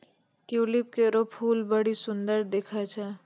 tulip केरो फूल बड्डी सुंदर दिखै छै